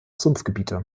sumpfgebiete